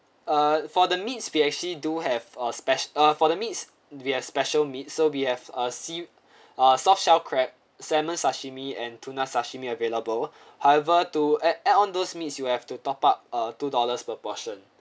uh for the meats we actually do have a special uh for the meats we have special meat so we have ah sea ah soft shell crab salmon sashimi and tuna sashimi available however to add on those meats you have to top up uh two dollars per portion